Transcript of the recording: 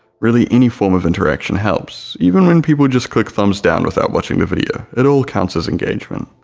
really any form of interaction helps, even when people just click thumbs down without watching the video it all counts as engagement!